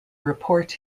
report